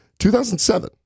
2007